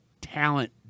talent